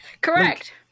Correct